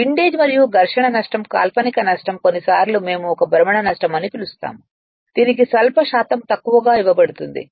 windage మరియు ఘర్షణ నష్టం కాల్పనిక నష్టం కొన్నిసార్లు మేము ఒక భ్రమణ నష్టం అని పిలుస్తాము దీనికి స్వల్ప శాతం తక్కువగా ఇవ్వబడుతుంది